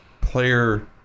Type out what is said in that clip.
player